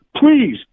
please